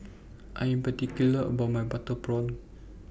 I Am particular about My Butter Prawn